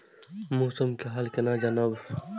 मौसम के हाल केना जानब?